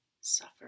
suffer